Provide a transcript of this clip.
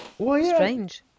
strange